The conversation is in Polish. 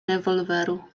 rewolweru